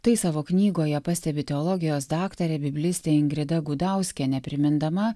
tai savo knygoje pastebi teologijos daktarė biblistė ingrida gudauskienė primindama